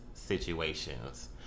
situations